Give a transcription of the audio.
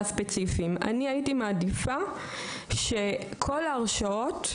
יכול לפקח על זה שעוזר הרופא עושה פעולות שכבר הורשו לו,